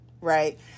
right